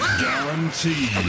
Guaranteed